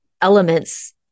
elements